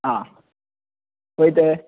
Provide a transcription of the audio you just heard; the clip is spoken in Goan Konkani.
आ खंय ते